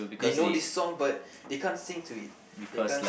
they know this song but they can't sing to it they can't